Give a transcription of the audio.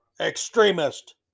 EXTREMIST